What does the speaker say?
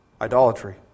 Idolatry